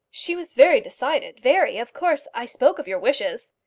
she was very decided very. of course, i spoke of your wishes.